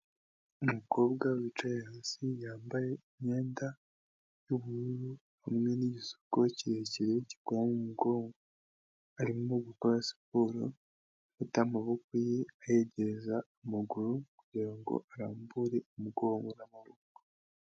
Umukobwa wicaye hasi, yambaye imyenda y'ubururu, hamwe n'igisuko kirekire gikora mu mugongo. Arimo gukora siporo afata amaboko ye ayegereza amaguru, kugirango arambure umugongo n'amaboko.